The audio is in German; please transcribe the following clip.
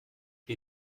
wir